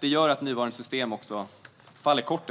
Det gör att nuvarande system ibland faller kort,